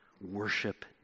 worship